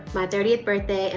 my thirtieth birthday, and